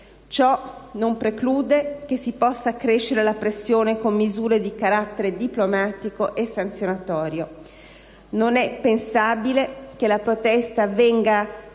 Ciò non preclude che si possa accrescere la pressione con misure di carattere diplomatico e sanzionatorio. Non è pensabile che la protesta venga schiacciata